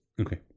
Okay